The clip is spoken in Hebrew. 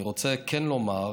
אני רוצה כן לומר